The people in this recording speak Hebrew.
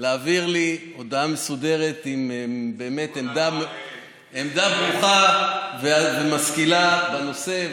להעביר לי הודעה מסודרת עם עמדה ברוכה ומשכילה בנושא.